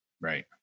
Right